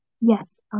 Yes